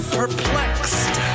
perplexed